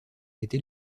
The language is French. été